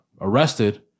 arrested